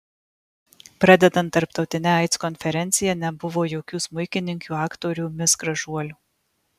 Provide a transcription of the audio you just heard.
pradedant tarptautine aids konferencija nebuvo jokių smuikininkių aktorių mis gražuolių